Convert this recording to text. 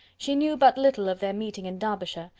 she knew but little of their meeting in derbyshire,